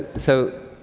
so,